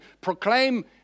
proclaim